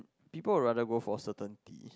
people will rather go for certain tea